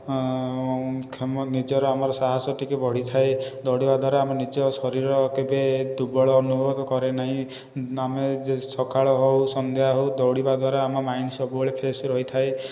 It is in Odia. ନିଜର ଆମର ସାହସ ଟିକିଏ ବଢ଼ିଥାଏ ଦୌଡ଼ିବାଦ୍ୱାରା ଆମ ନିଜ ଶରୀର କେବେ ଦୁର୍ବଳ ଅନୁଭୂତ କରେନାହିଁ ଆମେ ସକାଳ ହେଉ ସନ୍ଧ୍ୟା ହେଉ ଦୌଡ଼ିବାଦ୍ୱାରା ଆମ ମାଇଣ୍ଡ ସବୁବେଳେ ଫ୍ରେଶ୍ ରହିଥାଏ